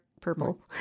purple